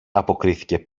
αποκρίθηκε